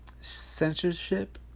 censorship